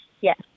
Yes